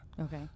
Okay